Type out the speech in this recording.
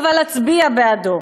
אבל אצביע בעדו.